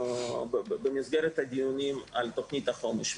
במסגרת הדיונים על תכנית החומש.